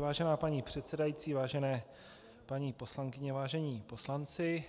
Vážená paní předsedající, vážené paní poslankyně, vážení poslanci,